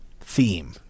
theme